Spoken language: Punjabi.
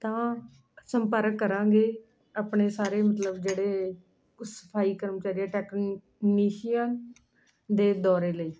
ਤਾਂ ਸੰਪਰਕ ਕਰਾਂਗੇ ਆਪਣੇ ਸਾਰੇ ਮਤਲਬ ਜਿਹੜੇ ਸਫਾਈ ਕਰਮਚਾਰੀ ਟੈਕਨੀਸ਼ੀਆ ਦੇ ਦੌਰੇ ਲਈ